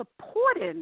supporting